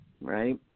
right